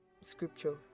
scripture